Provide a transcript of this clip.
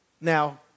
Now